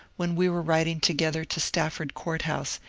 when we were riding together to stafford court house,